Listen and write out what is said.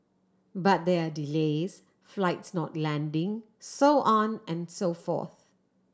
but there are delays flights not landing so on and so forth